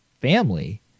family